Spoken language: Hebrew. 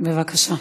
בבקשה.